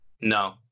No